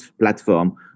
platform